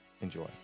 Enjoy